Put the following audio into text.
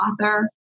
author